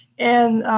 and